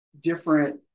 different